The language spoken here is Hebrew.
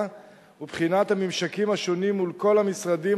ובחינת הממשקים השונים מול כל המשרדים,